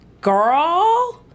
girl